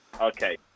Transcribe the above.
Okay